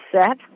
set